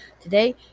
Today